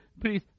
Please